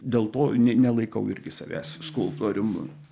dėl to ne nelaikau irgi savęs skulptorium